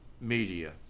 media